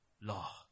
law